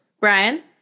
Brian